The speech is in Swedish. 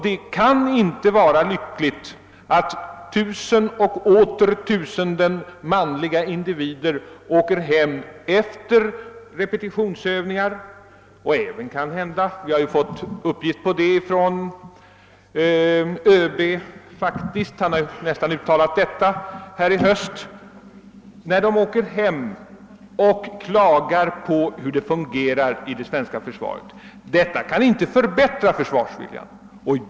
Det kan inte vara lyckligt att tusen och åter tusen manliga individer åker hem efter repetitionsövningar och klagar på hur det svenska försvaret fungerar. Vi har faktiskt fått uppgifter om detta också i uttalanden från ÖB nu i höst. Sådana förhållanden kan inte förbättra försvarsviljan.